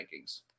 rankings